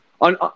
On